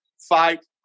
fight